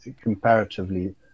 comparatively